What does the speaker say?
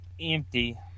empty